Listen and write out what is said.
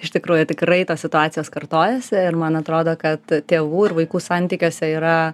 iš tikrųjų tikrai tos situacijos kartojasi ir man atrodo kad tėvų ir vaikų santykiuose yra